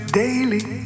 daily